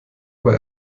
aber